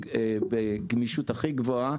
ובגמישות הכי גבוהה,